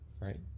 right